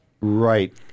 Right